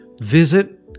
visit